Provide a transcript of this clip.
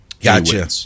Gotcha